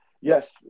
Yes